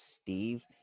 Steve